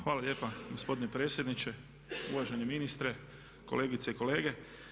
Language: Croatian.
Hvala lijepa gospodine predsjedniče, uvaženi ministre, kolegice i kolege.